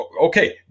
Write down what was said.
Okay